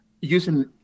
using